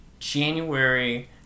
January